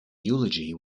eulogy